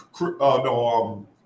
No